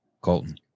Colton